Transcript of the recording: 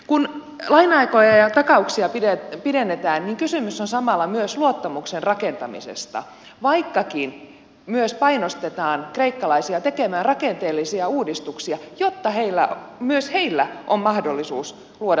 kun laina aikoja ja takauksia pidennetään niin kysymys on samalla myös luottamuksen rakentamisesta vaikkakin myös painostetaan kreikkalaisia tekemään rakenteellisia uudistuksia jotta myös heillä on mahdollisuus luoda talouskasvua